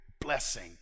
blessing